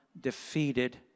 defeated